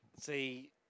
see